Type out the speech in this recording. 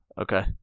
Okay